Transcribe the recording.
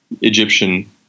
Egyptian